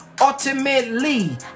ultimately